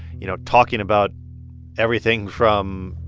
you know, talking about everything from,